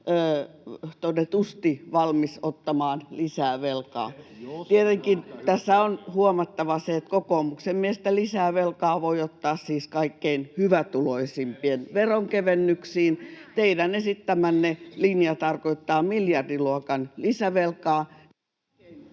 todetusti valmis ottamaan lisää velkaa. Tietenkin tässä on huomattava se, että kokoomuksen mielestä lisää velkaa voi ottaa siis kaikkein hyvätuloisimpien veronkevennyksiin. Teidän esittämänne linja tarkoittaa miljardiluokan lisävelkaa